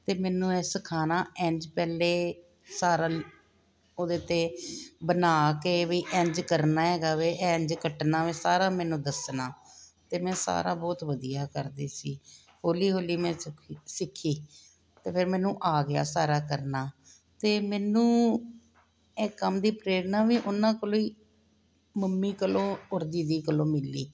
ਤੇ ਮੈਨੂੰ ਐਹ ਸਿਖਾਣਾ ਐਂਝ ਪਹਿਲੇ ਸਾਰਾ ਉਹਦੇ ਤੇ ਬਣਾ ਕੇ ਵਈ ਐਂਝ ਕਰਨਾ ਹੈਗਾ ਐਂਝ ਕੱਟਣਾ ਵਾ ਸਾਰਾ ਮੈਨੂੰ ਦੱਸਣਾਂ ਤੇ ਮੈਂ ਸਾਰਾ ਬਹੁਤ ਵਧੀਆ ਕਰਦੀ ਸੀ ਹੌਲੀ ਹੌਲੀ ਮੈਂ ਸਖੀ ਸਿੱਖੀ ਤੇ ਫੇਰ ਮੈਨੂੰ ਆ ਗਿਆ ਸਾਰਾ ਕਰਨਾ ਤੇ ਮੈਨੂੰ ਐਹ ਕੰਮ ਦੀ ਪ੍ਰੇਰਨਾ ਵੀ ਉਨ੍ਹਾਂ ਕੋਲੋਂ ਈ ਮੰਮੀ ਕੋਲੋਂ ਔਰ ਦੀਦੀ ਕੋਲੋਂ ਮਿਲੀ